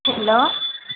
hello